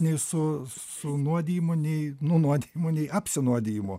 nei su su nuodijimu nei nunuodijimu nei apsinuodijimu